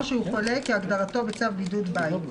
או שהוא חולה כהגדרתו בצו בידוד בית.